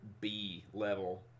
B-level